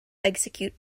execute